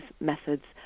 methods